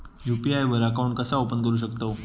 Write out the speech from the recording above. UPI वर account कसा open करू शकतव?